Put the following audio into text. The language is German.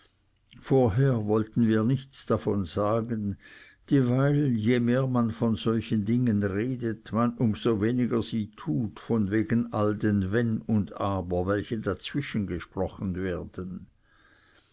vorher wollten wir nichts davon sagen dieweil je mehr man von solchen dingen redet man um so weniger sie tut von wegen all den wenn und aber welche dazwischengesprochen werden